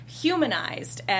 humanized